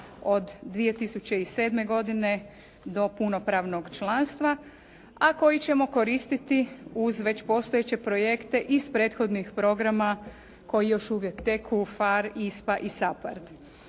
od 2007. godine do punopravnog članstva, a koji ćemo koristiti uz već postojeće projekte iz prethodnih programa koji još uvijek teku PHARE, ISPA i SAPARD.